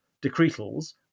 decretals